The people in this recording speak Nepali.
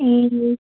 ए